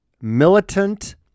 militant